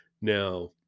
Now